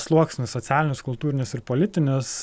sluoksnius socialinius kultūrinius ir politinius